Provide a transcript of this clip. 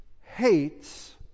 hates